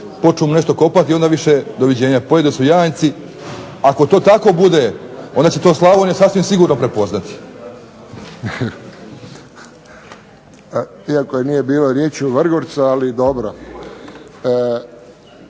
počnu nešto kopati i onda više doviđenja. Pojedu se janjci. Ako to tako bude, onda će to Slavonija sasvim sigurno prepoznati. **Friščić, Josip (HSS)** Iako nije bilo riječi o Vrgorcu, ali dobro.